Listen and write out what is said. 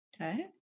Okay